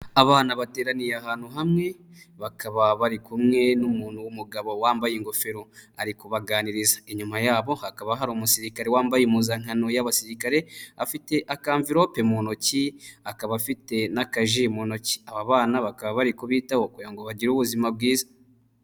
Abana bateraniye ahantu hamwe, bakaba bari kumwe n'umuntu w'umugabo wambaye ingofero, ari kubaganiriza. Inyuma yabo hakaba hari umusirikare, wambaye impuzankano y'abasirikare, afite akamverope mu ntoki, akaba afite n'akaji mu ntoki. Aba bana bakaba bari kubitaho kugira ngo bagire ubuzima bwiza.